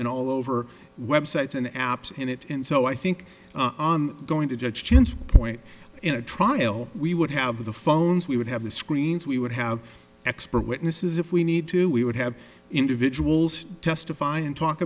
and all over websites and apps in it and so i think going to judge chin's point in a trial we would have the phones we would have the screens we would have expert witnesses if we need to we would have individuals testify and talk